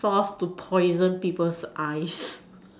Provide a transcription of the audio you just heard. solve to poison people's eyes